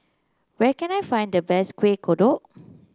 where can I find the best Kueh Kodok